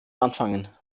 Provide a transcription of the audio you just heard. anfangen